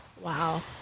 wow